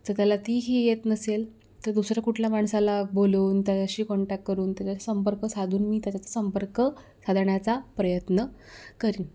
जर त्याला तीही येत नसेल तर दुसरा कुठला माणसाला बोलवून त्याच्याशी कॉन्टॅक्ट करून त्याच्याशी संपर्क साधून मी त्याच्याशी संपर्क साधण्याचा प्रयत्न करेन